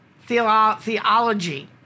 theology